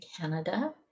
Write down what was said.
Canada